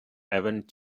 event